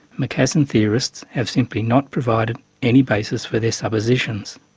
macassan theorists have simply not provided any basis for their suppositions.